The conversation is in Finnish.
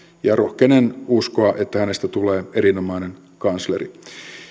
ja rohkenen uskoa että hänestä tulee erinomainen kansleri